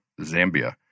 Zambia